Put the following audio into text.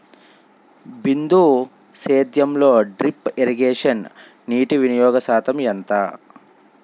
బిందు సేద్యంలో drip irrigation నీటివినియోగ శాతం ఎంత?